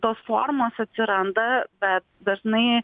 tos formos atsiranda bet dažnai